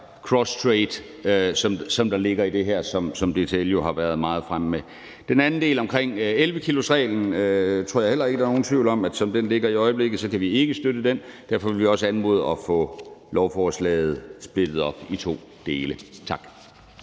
crosstrade, som der ligger i det her, og som DTL jo har været meget fremme med. Med hensyn til den anden del omkring 11-kilosreglen tror jeg heller ikke, at nogen er i tvivl om, at som det ligger i øjeblikket, kan vi ikke støtte den del. Derfor vil vi også anmode om at få lovforslaget splittet op i to dele. Tak.